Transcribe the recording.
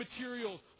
materials